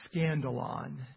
scandalon